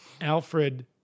Alfred